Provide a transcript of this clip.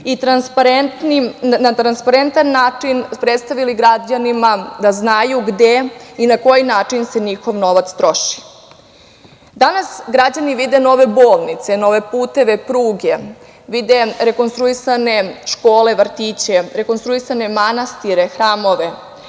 i na transparentan način predstavili građanima da znaju gde i na koji način se njihov novac troši. Danas građani vide nove bolnice, nove puteve, pruge, vide rekonstruisane škole, vrtiće, rekonstruisane manastire, hramove,